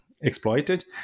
exploited